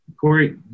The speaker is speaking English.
Corey